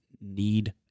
Need